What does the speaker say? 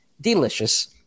delicious